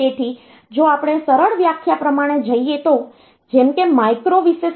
તેથી જો આપણે વ્યાખ્યા પ્રમાણે જઈએ તો જેમ કે માઇક્રો વિશે શું